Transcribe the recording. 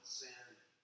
sin